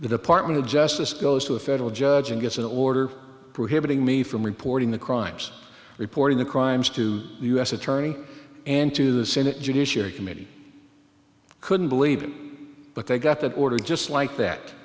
the department of justice goes to a federal judge and gets an order prohibiting me from reporting the crimes reporting the crimes to the u s attorney and to the senate judiciary committee couldn't believe it but they got that order just like that